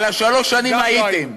על שלוש השנים הייתם.